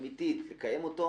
הופתעתי מהזריזות לקיום הדיון.